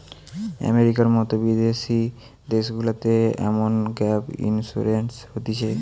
আমেরিকার মতো বিদেশি দেশগুলাতে এমন গ্যাপ ইন্সুরেন্স হতিছে